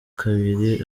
kabiri